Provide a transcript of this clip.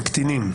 של קטינים?